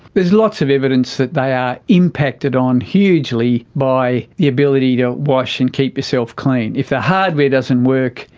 there's lots of evidence that they are impacted on hugely by the ability to wash and keep yourself clean. if the hardware doesn't work,